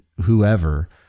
whoever